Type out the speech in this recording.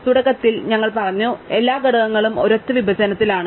അതിനാൽ തുടക്കത്തിൽ ഞങ്ങൾ പറഞ്ഞു എല്ലാ ഘടകങ്ങളും ഒരൊറ്റ വിഭജനത്തിലാണ്